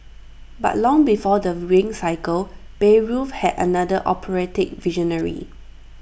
but long before the ring Cycle Bayreuth had another operatic visionary